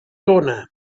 tona